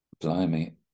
Blimey